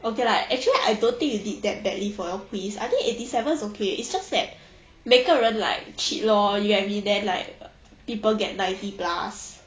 okay lah actually I don't think you did that badly for your quiz I think eighty seven's okay it's just that 每个人 like shit lor you me then like people get ninety plus